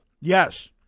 yes